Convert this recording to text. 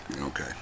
Okay